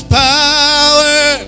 power